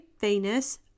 Venus